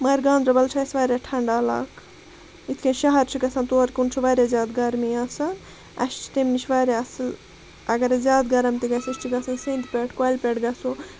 مَگَر گانٛدَربَل چھُ اَسہِ واریاہ ٹھَنٛڈٕ عَلاقہٕ یِتھ کنۍ شَہَر چھِ گَژھان تور کُن چھِ واریاہ زیادٕ گَرمی آسان اَسہِ چھُ تمہِ نِش واریاہ اَصل اَگر اَسہِ زیادٕ گَرَم تہِ گَژھِ أسۍ چھِ گَژھان سیٚنٛدِ پٮ۪ٹھ کۄلہِ پٮ۪ٹھ گَژھو